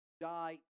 die